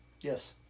Yes